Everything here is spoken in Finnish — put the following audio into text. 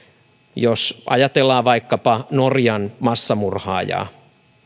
jos ajatellaan vaikkapa norjan massamurhaajaa